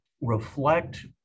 reflect